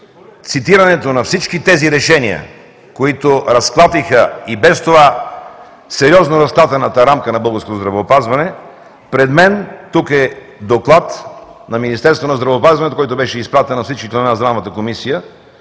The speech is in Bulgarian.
цитирането на всички тези решения, които разклатиха и без това сериозно разклатената рамка на българското здравеопазване, пред мен тук е Доклад на Министерството на здравеопазването, който беше изпратен на всички членове на Здравната